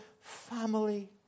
family